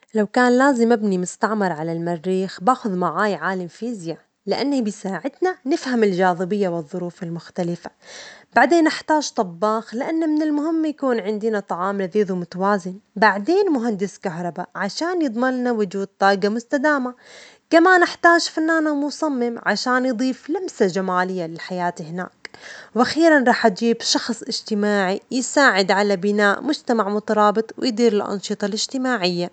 لو كان لازم أبني مستعمرة على المريخ بأخذ معايا عالم فيزياء، لأني بساعدنا نفهم الجاذبية والظروف المختلفة، بعدين أحتاج طباخ لأنه من المهم يكون عندنا طعام لذيذ ومتوازن، بعدين مهندس كهربا عشان يضمن لنا وجود طاجة مستدامة، كما نحتاج فنانة مصممة عشان يضيف لمسة جمالية للحياة هناك، وأخيرا راح أجيب شخص اجتماعي يساعد على بناء مجتمع مترابط ويدير الأنشطة الاجتماعية.